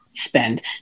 spend